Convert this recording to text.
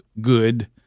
good